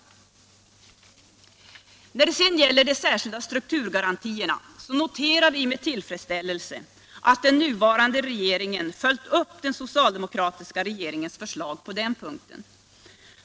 Åtgärder för textil När det sedan gäller de särskilda strukturgarantierna noterar vi med = och konfektionstillfredsställelse att den nuvarande regeringen följt upp den socialdemo = industrierna kratiska regeringens förslag på den punkten.